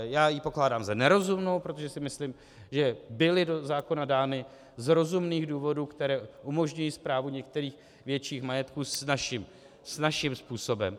Já ji pokládám za nerozumnou, protože si myslím, že byly do zákona dány z rozumných důvodů, které umožňují správu některých větších majetků snazším způsobem.